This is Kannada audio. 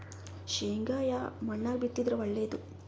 ಶೇಂಗಾ ಯಾ ಮಣ್ಣಾಗ ಬಿತ್ತಿದರ ಒಳ್ಳೇದು?